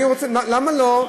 למה לא?